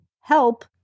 help